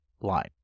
line